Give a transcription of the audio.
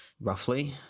roughly